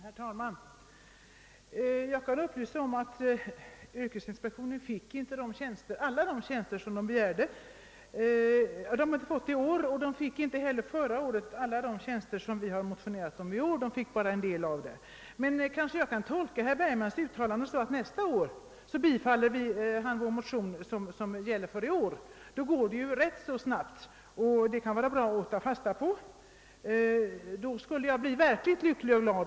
Herr talman! Jag kan upplysa om att yrkesinspektionen inte fått alla de tjänster den begärt. Den fick inte i år alla de tjänster som vi motionerade om förra året utan bara en del av dem. Men kanske jag får tolka herr Bergmans uttalande så, att han nästa år kommer att tillstyrka det antal tjänster vi begär i vår motion i år. I så fall går det ju rätt så snabbt. Kunde han utlova något sådant skulle jag bli verkligt lycklig och glad.